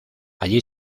allí